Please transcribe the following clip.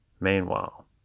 Meanwhile